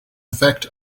effect